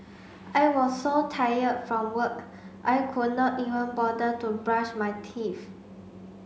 I was so tired from work I could not even bother to brush my teeth